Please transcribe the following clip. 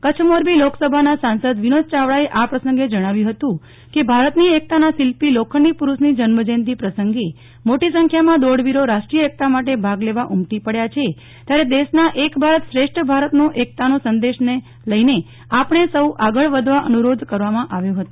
કચ્છ મોરબી લોકસભાના સાંસદ વિનોદ ચાવડાએ આ પ્રસંગે જણાવ્યું હતું કે ભારતની એકતાના શિલ્પી લોખંડી પુરૂષની જન્મજયંતિ પ્રસંગે મોટી સંખ્યામાં દોડવીરો રાષ્ટ્રીય એકતા માટે ભાગ લેવા ઉમટી પડ્યાં છે ત્યારે દેશના એક ભારત શ્રેષ્ઠ ભારતનો એકતાનો સંદેશાને લઇને આપણે સૌ આગળ વધવા અનુ રોધ કરવામાં આવ્યો હતો